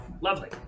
Lovely